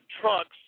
trucks